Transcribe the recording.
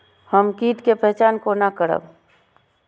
हम कीट के पहचान कोना करब?